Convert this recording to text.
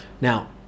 Now